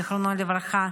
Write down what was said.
זיכרונו לברכה,